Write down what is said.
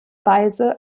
weise